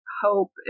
hope